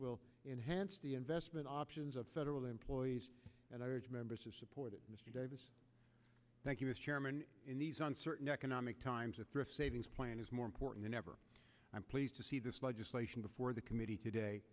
will enhance the investment options of federal employees and i urge members to support it mr davis thank you mr chairman in these uncertain economic times the thrift savings plan is more important than ever i'm pleased to see this legislation before the committee today